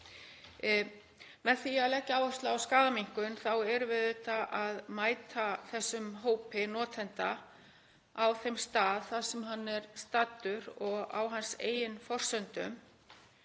Með því að leggja áherslu á skaðaminnkun erum við auðvitað að mæta þessum hópi notenda á þeim stað þar sem hann er staddur og á hans eigin forsendum.